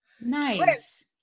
nice